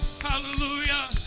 hallelujah